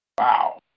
wow